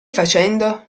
facendo